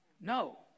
No